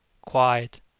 quiet